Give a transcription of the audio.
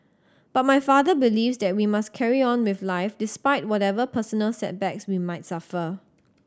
but my father believes that we must carry on with life despite whatever personal setbacks we might suffer